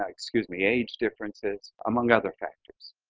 ah excuse me, age differences, among other factors.